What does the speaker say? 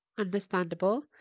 understandable